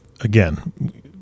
again